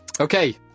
Okay